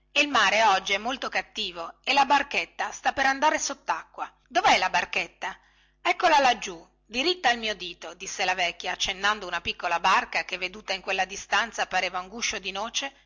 e il mare oggi è molto cattivo e la barchetta sta per andare sottacqua dovè la barchetta eccola laggiù diritta al mio dito disse la vecchia accennando una piccola barca che veduta in quella distanza pareva un guscio di noce